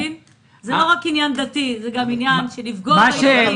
זה לא רק עניין דתי, זה גם פגיעה בילדים.